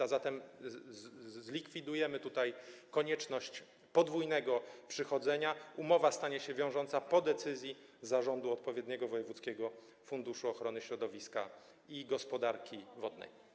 A zatem zlikwidujemy konieczność podwójnego przychodzenia, umowa stanie się wiążąca po decyzji zarządu odpowiedniego wojewódzkiego funduszu ochrony środowiska i gospodarki wodnej.